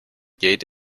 gate